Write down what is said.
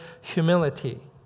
humility